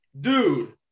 dude